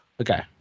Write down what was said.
Okay